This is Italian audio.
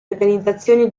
organizzazioni